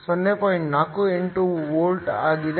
48 volt ಆಗಿದೆ